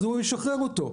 אז הוא ישחרר אותו,